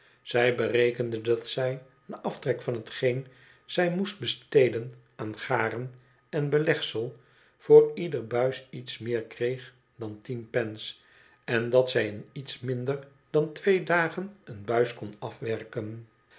zij berekende dat z j na aftrek van hetgeen zij moest besteden aan garen en belegsel voor ieder buis iets meer kreeg dan tien pence en dat zij in iets minder dan twee dagen een buis kon afwerken